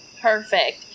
Perfect